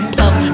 puff